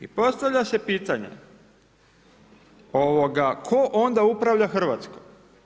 I postavlja se pitanje tko onda uprava Hrvatskom?